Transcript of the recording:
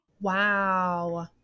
Wow